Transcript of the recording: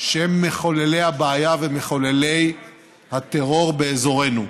שהם מחוללי הבעיה ומחוללי הטרור באזורנו.